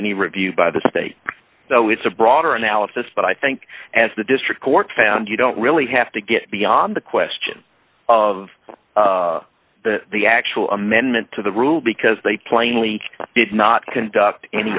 any review by the state so it's a broader analysis but i think as the district court found you don't really have to get beyond the question of the actual amendment to the rule because they plainly did not conduct any